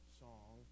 song